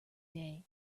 day